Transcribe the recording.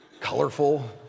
Colorful